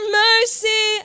mercy